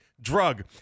drug